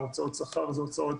הוצאות השכר הן הוצאות